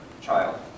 child